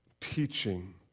teaching